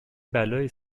بلایی